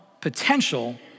potential